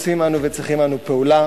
רוצים אנו וצריכים אנו פעולה,